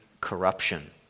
corruption